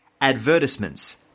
Advertisements